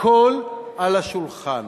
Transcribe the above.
הכול על השולחן,